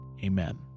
Amen